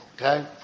okay